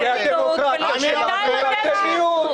--- זו הדמוקרטיה שלנו, ואתם מיעוט.